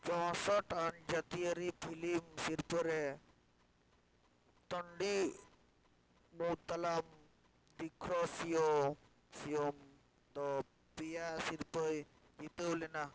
ᱪᱳᱥᱚᱴ ᱟᱨ ᱡᱟᱹᱛᱤᱭᱟᱹᱨᱤ ᱯᱷᱤᱞᱤᱢ ᱥᱤᱨᱯᱟᱹ ᱨᱮ ᱛᱚᱱᱰᱤ ᱢᱩᱛᱚᱞᱚᱢ ᱛᱤᱠᱷᱚᱥᱤᱭᱚᱢ ᱥᱤᱭᱚᱢ ᱫᱚ ᱯᱮᱭᱟ ᱥᱤᱨᱯᱟᱹᱭ ᱡᱤᱛᱟᱹᱣ ᱞᱮᱱᱟ